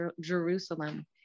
Jerusalem